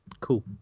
cool